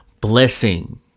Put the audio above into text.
blessing